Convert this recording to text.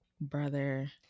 brother